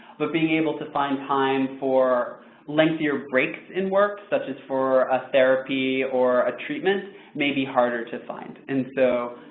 but, being able to find time for lengthier bricks and works, such as for a therapy or a treatment may be harder to find. and so,